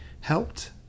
helped